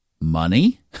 Money